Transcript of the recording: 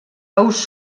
ous